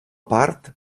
part